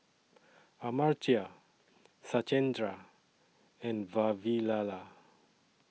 Amartya Satyendra and Vavilala